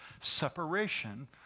separation